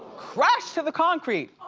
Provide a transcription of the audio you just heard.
crashed to the concrete,